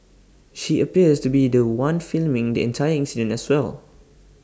she appears to be The One filming the entire incident as well